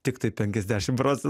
tiktai penkiasdešim procen